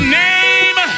name